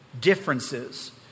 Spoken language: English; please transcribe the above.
differences